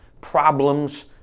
problems